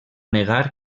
negar